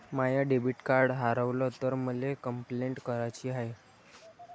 माय debit card हारवल तर मले कंपलेंट कराची हाय